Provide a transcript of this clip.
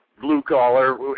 blue-collar